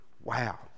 Wow